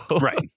Right